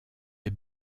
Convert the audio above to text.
des